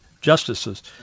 justices